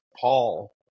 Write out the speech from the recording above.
Paul